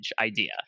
idea